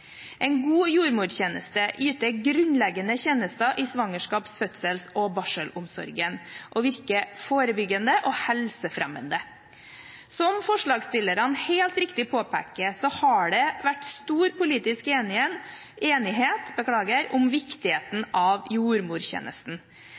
En god jordmortjeneste yter grunnleggende tjenester i svangerskaps-, fødsels- og barselomsorgen og virker forebyggende og helsefremmende. Som forslagsstillerne helt riktig påpeker, har det vært stor politisk enighet om viktigheten av jordmortjenesten.